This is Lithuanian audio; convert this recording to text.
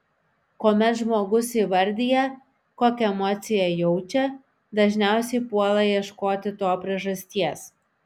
kuomet žmogus įvardija kokią emociją jaučia dažniausiai puola ieškoti to priežasties